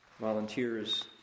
volunteers